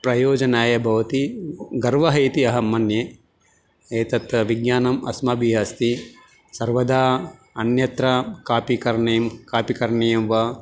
प्रयोजनाय भवति गर्वः इति अहं मन्ये एतत् विज्ञानम् अस्माभिः अस्ति सर्वदा अन्यत्र कापि करणीयं कापि करणीयं वा